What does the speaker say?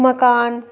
मकान